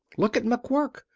look at mcquirk,